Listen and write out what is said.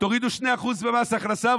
תורידו 2% במס הכנסה,